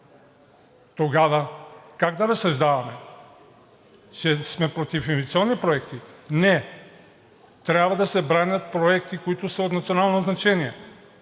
Тогава как да разсъждаваме, че сме против инвестиционни проекти? Не, трябва да се бранят проекти, които са от национално значение,